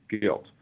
guilt